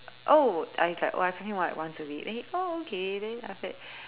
oh uh he's like oh I come here once a week then he oh okay then after that